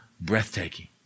breathtaking